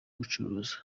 gucuruza